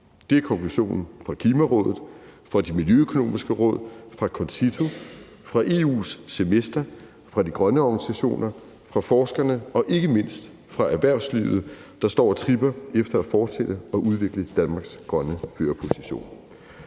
det er konklusionen fra Klimarådet, fra Det Miljøøkonomiske Råd, fra CONCITO, fra det europæiske semester, fra de grønne organisationer, fra forskerne og ikke mindst fra erhvervslivet, der står og tripper efter at fortsætte og udvikle Danmarks grønne førerposition.